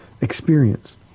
experience